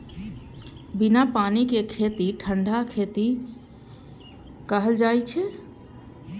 बिना पानि के खेती कें ठंढा खेती कहल जाइ छै